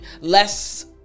less